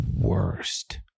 worst